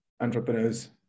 entrepreneurs